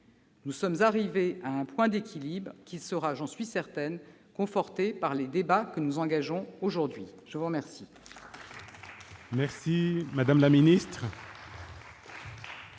Nous sommes arrivés à un point d'équilibre qui sera, j'en suis certaine, conforté par les débats que nous engageons aujourd'hui. Mes chers